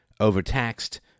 overtaxed